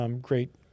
Great